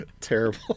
terrible